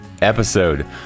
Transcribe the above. episode